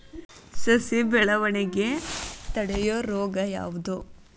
ಸಸಿ ಬೆಳವಣಿಗೆ ತಡೆಯೋ ರೋಗ ಯಾವುದು?